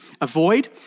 avoid